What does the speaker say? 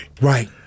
Right